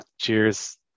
Cheers